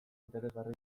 interesgarri